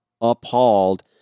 appalled